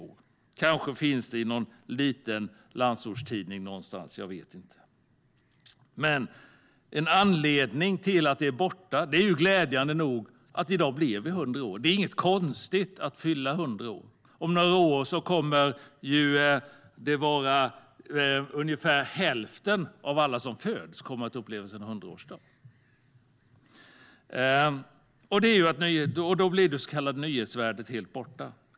Det kanske finns i någon liten landsortstidning någonstans, men jag vet inte. En anledning till att det är borta är glädjande nog att vi i dag blir 100 år. Det är inget konstigt att fylla 100 år. Om några år kommer ungefär hälften av alla som föds att uppleva sin 100-årsdag. Då är det så kallade nyhetsvärdet helt borta.